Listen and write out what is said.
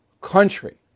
country